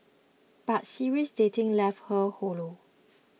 but serial dating left her hollow